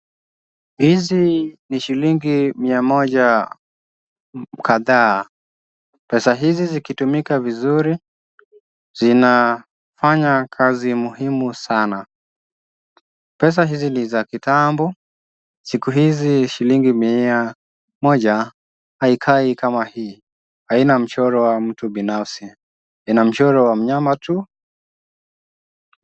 Hizi ni shilingi mia moja kadhaa. Pesa hizi zikitumika vizuri zinafanya kazi muhimu sana. Pesa hizi ni za kitambo, siku hizi shilingi mia moja haikai kama hii, haina michoro wa mtu binafsi ina mchoro wa mnyama tu.